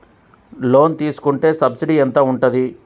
Loan తీసుకుంటే subsidy ఎంత ఉంటది?